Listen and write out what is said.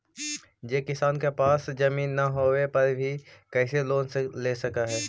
जे किसान के पास जमीन न होवे पर भी कैसे लोन ले सक हइ?